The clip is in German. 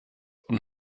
und